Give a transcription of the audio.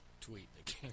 tweet